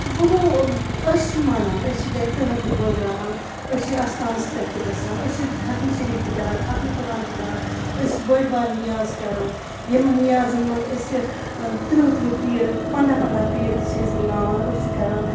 تہٕ وۄنۍ گوٚو أسۍ چھِ مانان أسۍ چھِ گَرِ تٕہَر تہِ بٲگراوان أسۍ چھِ یہِ اَستانَس پٮ۪ٹھ تہِ گژھان أسۍ چھِ ییٚتہِ ختمہِ شریٖف تہِ کَران ختمہِ قُران تہِ کَران أسۍ چھِ بٔڑۍ بار نِیاز کَران یِمَن نِیازَن منٛز أسۍ تٕرٛہ تٕرٛہ پیٖر پنٛداہ پنٛداہ پیٖر تہِ چھِ أسۍ بُلاوان أسۍ چھِ کَران